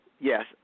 yes